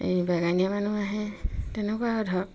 এই বাগানীয়া মানুহ আহে তেনেকুৱা আৰু ধৰক